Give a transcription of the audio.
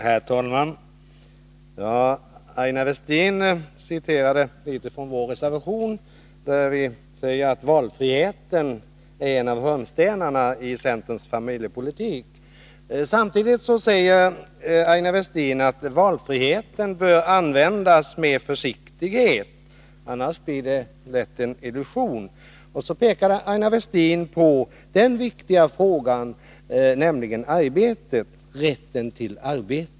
Herr talman! Aina Westin citerade från vår reservation 3, där vi säger att valfriheten är en av hörnstenarna i centerns familjepolitik. Samtidigt sade Aina Westin att valfriheten bör användas med försiktighet — annars blir den lätt en illusion. Så pekade hon på den viktiga frågan om rätten till arbete.